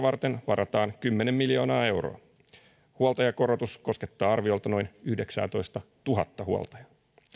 varten varataan kymmenen miljoonaa euroa huoltajakorotus koskettaa arviolta noin yhdeksäätoistatuhatta huoltajaa